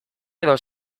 edo